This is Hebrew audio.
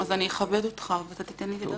ס': אז אני אכבד אותך ואתה תיתן לי לדבר.